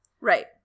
Right